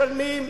משלמים,